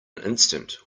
instant